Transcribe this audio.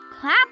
clap